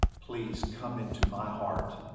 please come into my heart.